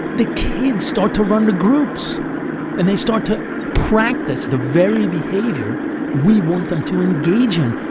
the kids start to run the groups and they start to practice the very behaviour we want them to engage in,